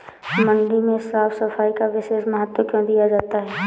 मंडी में साफ सफाई का विशेष महत्व क्यो दिया जाता है?